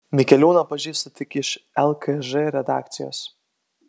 mikeliūną pažįstu tik iš lkž redakcijos